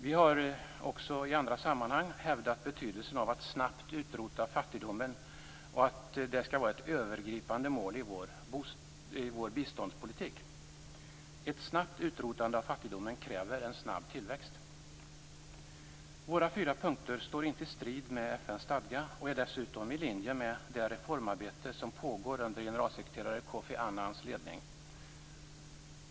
Vi moderater har också i andra sammanhang hävdat betydelsen av att snabbt utrota fattigdomen. Det skall vara ett övergripande mål i svensk biståndspolitik. Ett snabbt utrotande av fattigdomen kräver en snabb tillväxt. Våra fyra punkter står inte i strid med FN:s stadga. De är dessutom i linje med det reformarbete som pågår under generalsekreterare Koffi Annans ledning.